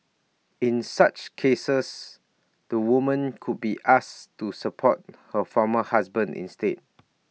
in such cases the woman could be asked to support her former husband instead